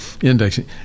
indexing